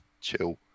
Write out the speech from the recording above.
chill